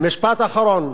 משפט אחרון: